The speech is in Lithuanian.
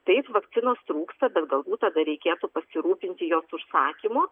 taip vakcinos trūksta bet galbūt tada reikėtų pasirūpinti jos užsakymu